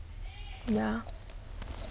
ya